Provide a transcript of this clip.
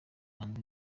hanze